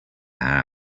have